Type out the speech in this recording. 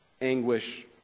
anguish